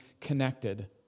connected